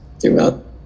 throughout